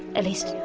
at least,